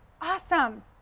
Awesome